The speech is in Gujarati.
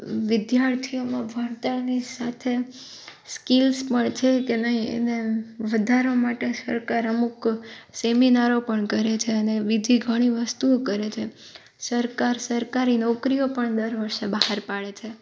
વિદ્યાર્થીઓમાં ભણતરની સાથે સ્કિલ્સ પણ છે કે નહીં એને વધારવા માટે સરકાર અમુક સેમિનારો પણ કરે છે અને બીજી ઘણી વસ્તુઓ કરે છે સરકાર સરકારી નોકરીઓ પણ દર વર્ષે બહાર પાડે છે